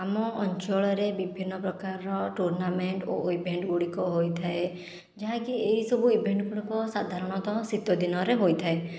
ଆମ ଅଞ୍ଚଳରେ ବିଭିନ୍ନ ପ୍ରକାର ଟୁର୍ଣ୍ଣାମେଣ୍ଟ ଓ ଇଭେଣ୍ଟ ଗୁଡ଼ିକ ହୋଇଥାଏ ଯାହାକି ଏଇ ସବୁ ଇଭେଣ୍ଟ ଗୁଡ଼ିକ ସାଧାରଣତଃ ଶୀତ ଦିନରେ ହୋଇଥାଏ